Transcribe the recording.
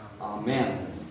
amen